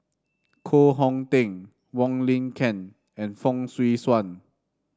Koh Hong Teng Wong Lin Ken and Fong Swee Suan